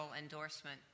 endorsement